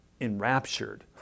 enraptured